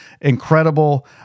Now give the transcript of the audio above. incredible